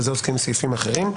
בזה עוסקים סעיפים אחרים.